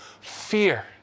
fear